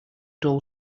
dull